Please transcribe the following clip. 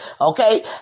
Okay